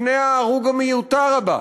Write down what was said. לפני ההרוג המיותר הבא,